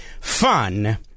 fun